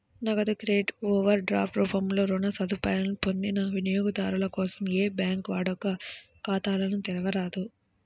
నగదు credit, overdraft రూపంలో రుణ సదుపాయాలను పొందిన వినియోగదారుల కోసం ఏ బ్యాంకూ వాడుక ఖాతాలను తెరవరాదు